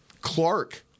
Clark